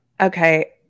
Okay